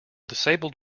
disabled